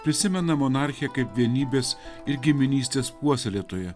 prisimena monarchę kaip vienybės ir giminystės puoselėtoją